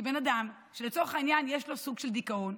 אדם שלצורך העניין יש לו סוג של דיכאון,